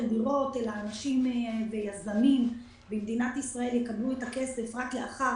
דירות ואנשים ויזמים במדינת ישראל יקבלו את הכסף רק לאחר